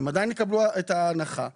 הם עדיין יקבלו את ההנחה וכן,